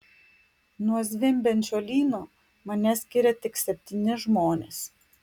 nuo zvimbiančio lyno mane skiria tik septyni žmonės